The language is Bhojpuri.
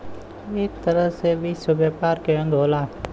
एक तरह से विश्व व्यापार के अंग होला